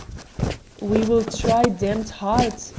we will try damned ha-r-rd,